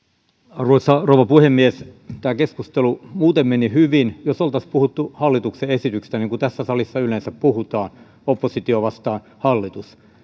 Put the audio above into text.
arvoisa rouva puhemies tämä keskustelu muuten meni hyvin kun puhuttiin hallituksen esityksestä niin kuin tässä salissa yleensä puhutaan oppositio vastaan hallitus